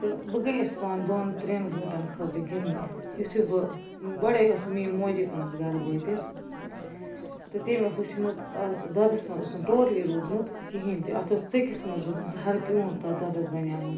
تہٕ بہٕ گٔیَس پانہٕ دۄن ترٛیٚن گھٲنٛٹَن خٲطرٕ گِنٛدٕنہِ یُتھٕے بہٕ گۄڈے ٲسۍ میٛٲنۍ موجی پیٚمٕژ گھرٕ وٲتِتھ تہٕ تٔمۍ اوس وُچھمُت اَتھ دۄدھَس منٛز اوس نہٕ ٹوٹَلی رودمُت کہیٖنۍ تہِ اَتھ اوس ژٔکِس منٛز روزمٕژ سُہ ہَرٕ پیٛونٛت تَتھ دۄدھَس بنیٛاومُت